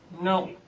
No